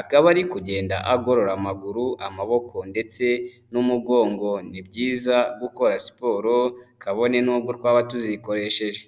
akaba ari kugenda agorora amaguru, amaboko ndetse n'umugongo, ni byiza gukora siporo kabone n'ubwo twaba tuzikoresheje.